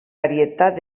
varietat